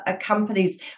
companies